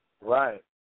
Right